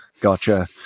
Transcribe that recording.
gotcha